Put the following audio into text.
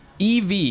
EV